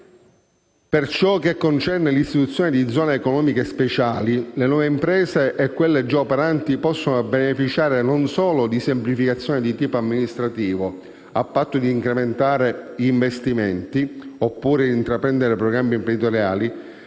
Per ciò che concerne l'istituzione di Zone economiche speciali, le nuove imprese e quelle già operanti possono beneficiare non solo di semplificazioni di tipo amministrativo, a patto di incrementare gli investimenti oppure di intraprendere programmi imprenditoriali,